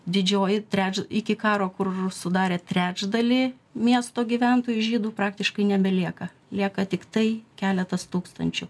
didžioji treč iki karo kur sudarė trečdalį miesto gyventojų žydų praktiškai nebelieka lieka tiktai keletas tūkstančių